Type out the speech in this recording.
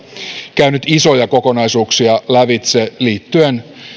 käynyt isoja kokonaisuuksia lävitse liittyen